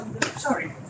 sorry